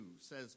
says